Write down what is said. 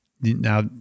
Now